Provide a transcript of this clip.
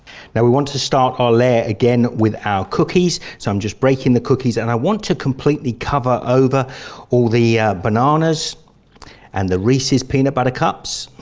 now we want to start our layer again with our cookies so i'm just breaking the cookies and i want to completely cover over all the bananas and the reese's peanut butter cups.